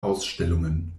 ausstellungen